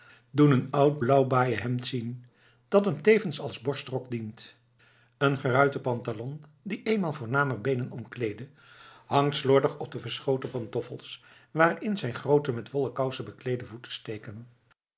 een oud blauw baaien hemd zien dat hem tevens als borstrok dient een geruite pantalon die eenmaal voornamer beenen omkleedde hangt slordig op de verschoten pantoffels waarin zijn groote met wollen kousen bekleede voeten steken